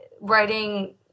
writing